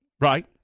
Right